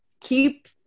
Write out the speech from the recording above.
Keep